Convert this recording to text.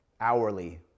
hourly